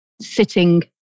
sitting